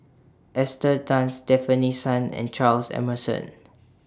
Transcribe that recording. Esther Tan Stefanie Sun and Charles Emmerson